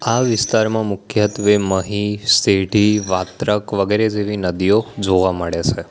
આ વિસ્તાર માં મુખ્યત્ત્વે મહી સેઢી વાત્રક વગેરે જેવી નદીઓ જોવા મળે છે